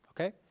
Okay